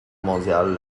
mondiale